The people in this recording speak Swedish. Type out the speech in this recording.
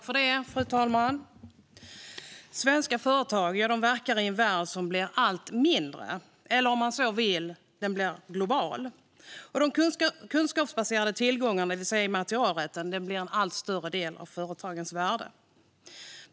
Fru talman! Svenska företag verkar i en värld som blir allt mindre eller, om man så vill, som blir global, och de kunskapsbaserade tillgångarna, det vill säga immaterialrätten, blir en allt större del av företagens värde.